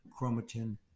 chromatin